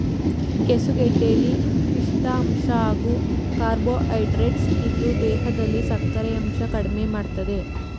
ಕೆಸುಗೆಡ್ಡೆಲಿ ಪಿಷ್ಠ ಅಂಶ ಹಾಗೂ ಕಾರ್ಬೋಹೈಡ್ರೇಟ್ಸ್ ಇದ್ದು ದೇಹದಲ್ಲಿ ಸಕ್ಕರೆಯಂಶ ಕಡ್ಮೆಮಾಡ್ತದೆ